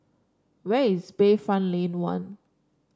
where is Bayfront Lane One